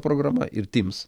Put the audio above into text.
programa ir tyms